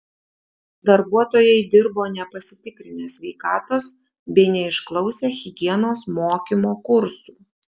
darbuotojai dirbo nepasitikrinę sveikatos bei neišklausę higienos mokymo kursų